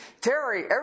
Terry